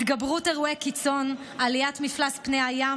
התגברות אירועי קיצון ועליית מפלס פני הים